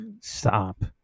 Stop